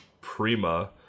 Prima